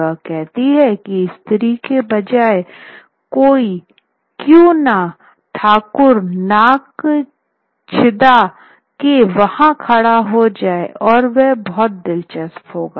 वह कहती है की स्त्री के बजाय क्यों न ठकुर नाक चिदा के वहां खड़ा हो जाये और यह बहुत दिलचस्प होगा